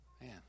man